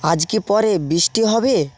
আজ কি পরে বৃষ্টি হবে